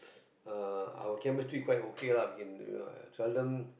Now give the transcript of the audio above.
uh our chemistry quite okay lah I mean we can seldom